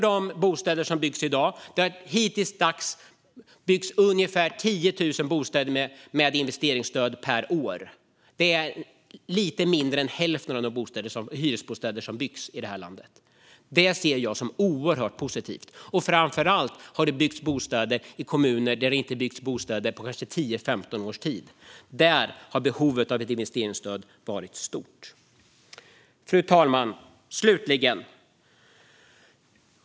Det kommer att byggas ungefär 10 000 bostäder med investeringsstöd per år. Det är lite mindre än hälften av de hyresbostäder som byggs i landet. Det ser jag som oerhört positivt. Och framför allt kommer det att byggas bostäder i kommuner där det inte byggts bostäder på kanske 10, 15 års tid. Där har behovet av ett investeringsstöd varit stort. Fru talman!